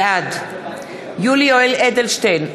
בעד יולי יואל אדלשטיין,